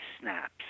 snaps